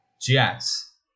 Jets